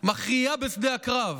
מכריעה בשדה הקרב.